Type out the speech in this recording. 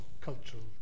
cultural